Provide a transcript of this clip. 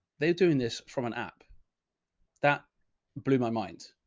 they are doing this from an app that blew my mind.